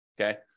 okay